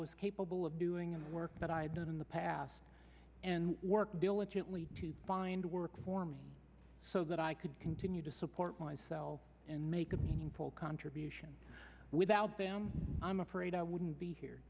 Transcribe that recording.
was capable of doing the work that i've done in the past and worked diligently to find work for me so that i could continue to support myself and make a meaningful contribution without them i'm afraid i wouldn't be here